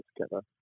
together